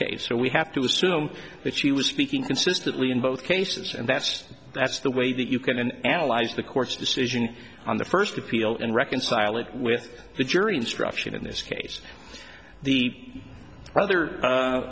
case so we have to assume that she was speaking consistently in both cases and that's that's the way that you can and analyze the court's decision on the first appeal and reconcile it with the jury instruction in this case